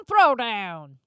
throwdown